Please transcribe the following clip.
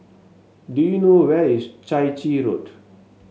do you know where is Chai Chee Road